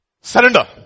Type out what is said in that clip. surrender